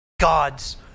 God's